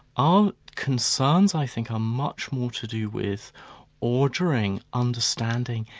our concerns i think are much more to do with ordering, understanding,